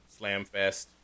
Slamfest